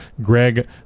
Greg